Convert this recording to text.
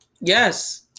yes